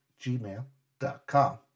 gmail.com